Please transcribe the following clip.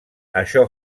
això